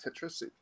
tetris